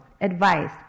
Advice